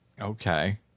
Okay